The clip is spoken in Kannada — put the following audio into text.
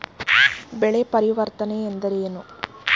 ಬೆಳೆ ಪರಿವರ್ತನೆ ಎಂದರೇನು?